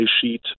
sheet